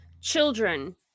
children